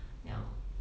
ya